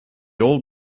old